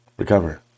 recover